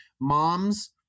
moms